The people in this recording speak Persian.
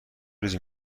روزی